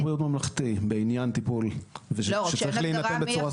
בריאות ממלכתי בעניין טיפול שצריך להינתן בצורה סדירה.